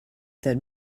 that